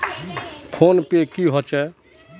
Phone पै की होचे?